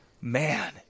Man